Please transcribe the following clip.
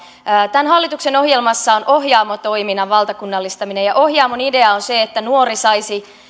tämän hallituksen ohjelmassa on ohjaamo toiminnan valtakunnallistaminen ja ohjaamon idea on se että nuori saisi